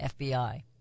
FBI